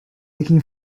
looking